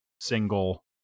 single